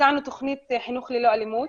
הצענו תוכנית חינוך ללא אלימות.